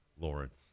Lawrence